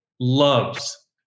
loves